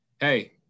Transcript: hey